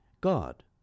God